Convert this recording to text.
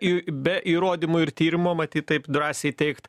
į be įrodymų ir tyrimo matyt taip drąsiai teigt